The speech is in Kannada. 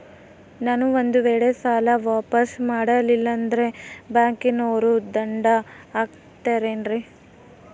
ನಾನು ಒಂದು ವೇಳೆ ಸಾಲ ವಾಪಾಸ್ಸು ಮಾಡಲಿಲ್ಲಂದ್ರೆ ಬ್ಯಾಂಕನೋರು ದಂಡ ಹಾಕತ್ತಾರೇನ್ರಿ?